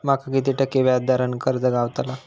माका किती टक्के व्याज दरान कर्ज गावतला?